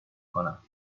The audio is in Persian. کنم